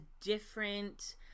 different